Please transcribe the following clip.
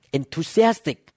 enthusiastic